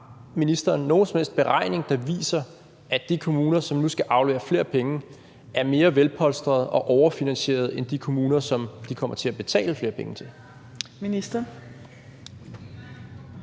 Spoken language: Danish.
som helst beregning, der viser, at de kommuner, som nu skal aflevere flere penge, er mere velpolstrede og overfinansierede end de kommuner, som de kommer til at betale flere penge til?